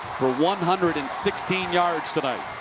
for one hundred and sixteen yards tonight.